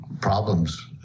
problems